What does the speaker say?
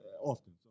often